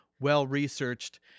well-researched